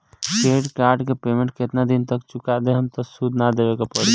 Credit card के payment केतना दिन तक चुका देहम त सूद ना देवे के पड़ी?